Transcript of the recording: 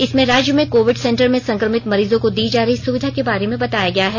इसमें राज्य में कोविड सेंटर में संक्रमित मरीजों को दी जा रही सुविधा के बारे में बताया गया है